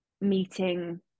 meeting